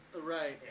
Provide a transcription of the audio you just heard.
right